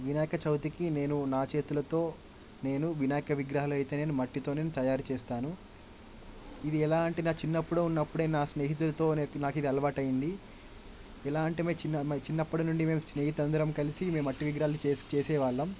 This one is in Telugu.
వినాయక చవితికి నేను నా చేతులతో నేను వినాయక విగ్రహాలయితే నేను మట్టితో నేను తయారు చేస్తాను ఇది ఎలా అంటే నా చిన్నప్పుడు ఉన్నప్పుడే నా స్నేహితులతో నాకిది అలవాటు అయింది ఎలా అంటే మేము చిన్నప్పు చిన్నప్పుడు నుండి మేము స్నేహితులందరం కలిసి మేము మట్టి విగ్రహాలు చేసి చేసేవాళ్ళం